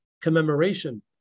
commemoration